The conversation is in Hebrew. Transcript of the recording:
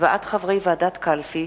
(הצבעת חברי ועדת קלפי),